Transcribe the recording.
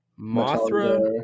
Mothra